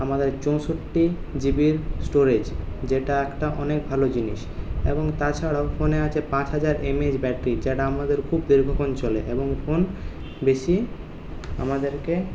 আমাদের চৌষট্টি জিবির স্টোরেজ যেটা একটা অনেক ভালো জিনিস এবং তাছাড়াও ফোনে আছে পাঁচ হাজার এমএএইচ ব্যাটারি যেটা আমাদের খুব দীর্ঘক্ষণ চলে এবং ফোন বেশি আমাদেরকে